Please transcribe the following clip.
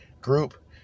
group